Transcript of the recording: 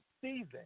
season